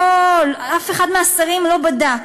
אף אחד מהשרים לא בדק,